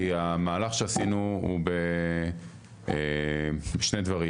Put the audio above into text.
כי המהלך שעשינו הוא בשני דברים.